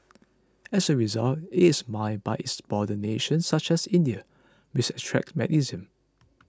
as a result it is mined by its border nations such as India which extracts magnesium